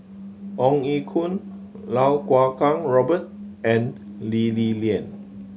Ong Ye Kung Iau Kuo Kwong Robert and Lee Li Lian